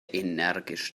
energisch